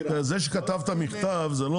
זאת אומרת,